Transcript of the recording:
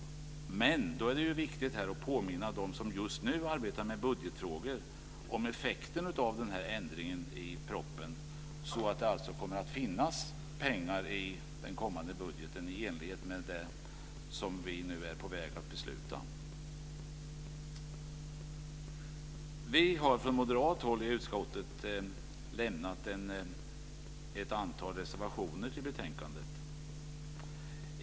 Men då är det viktigt att påminna dem som just nu arbetar med budgetfrågor om effekten av denna ändring i propositionen, så att det alltså kommer att finnas pengar i den kommande budgeten i enlighet med det som vi nu är på väg att fatta beslut om. Vi har från moderat håll i utskottet fogat ett antal reservationer till betänkandet.